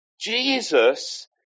Jesus